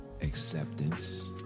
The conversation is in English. acceptance